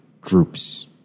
groups